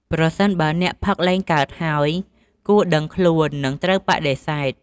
ប្រសិនបើអ្នកផឹកលែងកើតហើយ គួរដឹងខ្លួន និងត្រូវបដិសេធ។